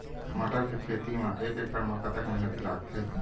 मटर के खेती म एक एकड़ म कतक मेहनती लागथे?